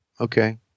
Okay